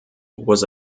was